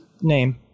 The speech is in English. name